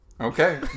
Okay